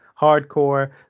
hardcore